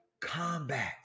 combat